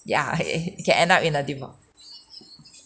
ya can end up in a demo~